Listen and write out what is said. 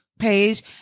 page